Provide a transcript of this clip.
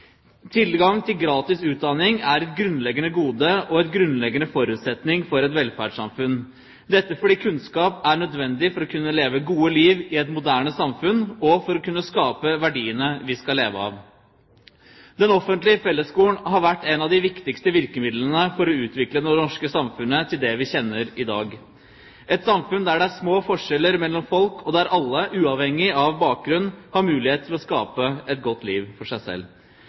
Tilgang til gratis utdanning er et grunnleggende gode og en grunnleggende forutsetning for et velferdssamfunn, fordi kunnskap er nødvendig for å kunne leve gode liv i et moderne samfunn og for å kunne skape verdiene vi skal leve av. Den offentlige fellesskolen har vært et av de viktigste virkemidlene for å utvikle det norske samfunnet til det vi kjenner i dag, et samfunn der det er små forskjeller mellom folk, og der alle, uavhengig av bakgrunn, har mulighet til å skape et godt liv for seg selv.